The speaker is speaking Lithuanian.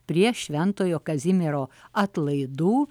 prie šventojo kazimiero atlaidų